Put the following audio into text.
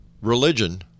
religion